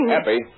Happy